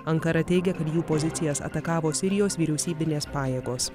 ankara teigia kad jų pozicijas atakavo sirijos vyriausybinės pajėgos